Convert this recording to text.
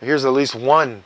here's a least one